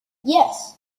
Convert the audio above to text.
yes